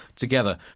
Together